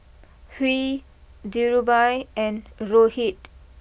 Hri Dhirubhai and Rohit